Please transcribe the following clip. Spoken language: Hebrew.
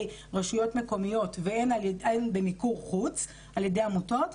רשויות מקומיות והן במיקור חוץ על ידי עמותות,